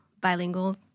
bilingual